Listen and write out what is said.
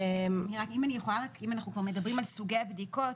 אם אנחנו כבר מדברים על סוגי הבדיקות,